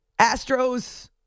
Astros